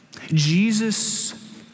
Jesus